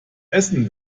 essen